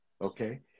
Okay